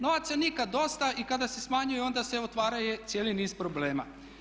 Novaca nikad dosta i kada se smanjuju onda se otvaraju cijeli niz problema.